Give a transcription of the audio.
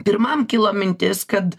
pirmam kilo mintis kad